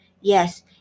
Yes